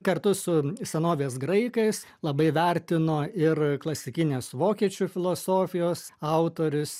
kartu su senovės graikais labai vertino ir klasikinės vokiečių filosofijos autorius